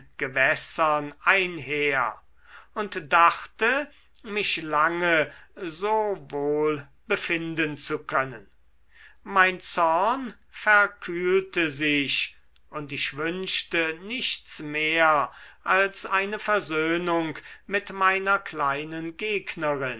gewässern einher und dachte mich lange so wohl befinden zu können mein zorn verkühlte sich und ich wünschte nichts mehr als eine versöhnung mit meiner kleinen gegnerin